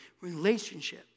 relationship